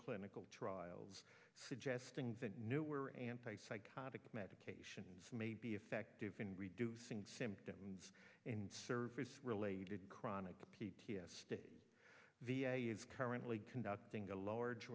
clinical trials suggesting that newer anti psychotic medications may be effective in reducing symptoms in service related chronic p t s d v a is currently conducting a l